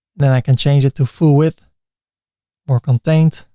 then i can change it to full width or contained.